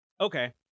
Okay